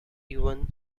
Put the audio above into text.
even